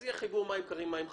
אז יהיה חיבור למים קרים ומים חמים,